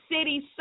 city